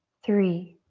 three,